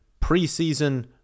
preseason